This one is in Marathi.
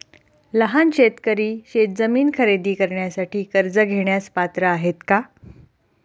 लहान शेतकरी शेतजमीन खरेदी करण्यासाठी कर्ज घेण्यास पात्र आहेत का?